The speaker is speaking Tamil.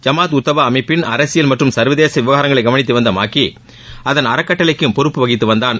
ஜமாத் உத் தவா அமைப்பின் அரசியல் மற்றும் சர்வதேச விவகாரங்களை கவனித்து வந்த மாக்கி அதன் அறக்கட்டளைக்கும் பொறுப்பு வகித்து வந்தான்